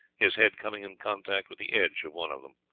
his head coming in contact with the edge of one of them.